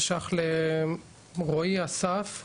זה שייך לרועי אסף,